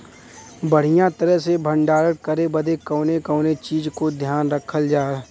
बढ़ियां तरह से भण्डारण करे बदे कवने कवने चीज़ को ध्यान रखल जा?